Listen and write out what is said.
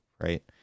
right